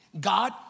God